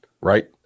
right